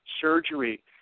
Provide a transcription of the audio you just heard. surgery